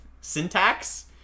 syntax